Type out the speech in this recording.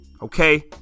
Okay